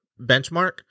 benchmark